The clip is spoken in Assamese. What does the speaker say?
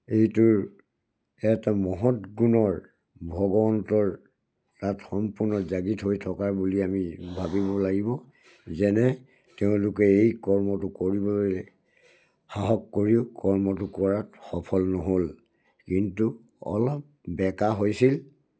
এইটোৰ এটা মহৎ গুণৰ ভগৱন্তৰ তাত সম্পূৰ্ণ জাগিত হৈ থকা বুলি আমি ভাবিব লাগিব যেনে তেওঁলোকে এই কৰ্মটো কৰিবলৈ সাহস কৰিও কৰ্মটো কৰাত সফল নহ'ল কিন্তু অলপ বেকা হৈছিল